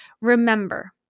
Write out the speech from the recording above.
remember